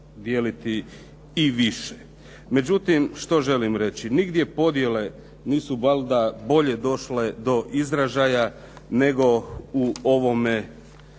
i više. Međutim, što želim reći. Nigdje podjele nisu valjda došle do izražaja nego u ovome